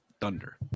Thunder